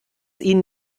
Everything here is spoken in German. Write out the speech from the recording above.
ihnen